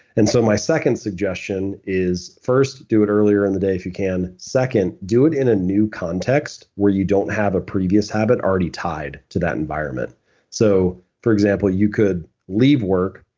and so my second suggestion is first do it earlier in the day if you can, second do it in a new context where you don't have a previous habit already tied to that environment so for example, you could leave work,